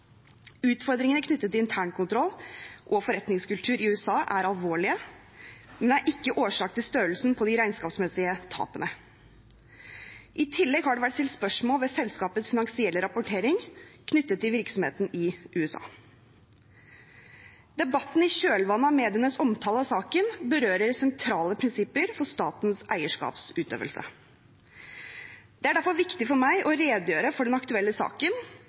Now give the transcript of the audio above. Utfordringene knyttet til intern kontroll og forretningskultur i USA er alvorlige, men er ikke årsaken til størrelsen på de regnskapsmessige tapene. I tillegg har det vært stilt spørsmål ved selskapets finansielle rapportering knyttet til virksomheten i USA. Debatten i kjølvannet av medienes omtale av saken berører sentrale prinsipper for statens eierskapsutøvelse. Det er derfor viktig for meg å redegjøre for den aktuelle saken